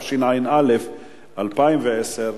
התשע"א 2010,